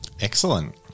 Excellent